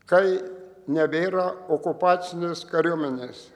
kai nebėra okupacinės kariuomenės